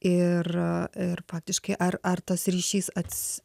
ir ir faktiškai ar ar tas ryšys ats